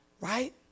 right